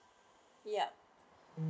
yup